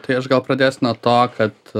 tai aš gal pradės nuo to kad